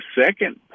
second